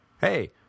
Hey